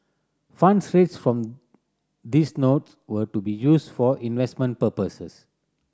funds raised from these notes were to be used for investment purposes